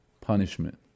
Punishment